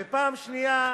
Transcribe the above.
והפעם השנייה,